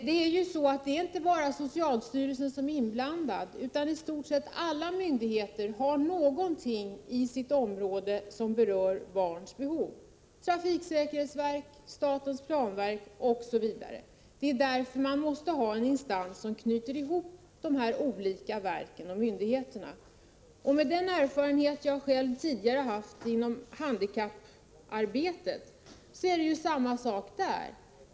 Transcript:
Herr talman! Helt kort: Det är inte bara socialstyrelsen som är inblandad. I stort sett alla myndigheter har något i sitt område som berör barns behov. Det gäller trafiksäkerhetsverket, statens planverk osv. Därför måste vi ha en instans som knyter ihop de olika verken och myndigheterna. Genom den erfarenhet som jag tidigare gjort inom handikapparbetet vet jag att det är samma sak där.